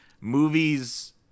movies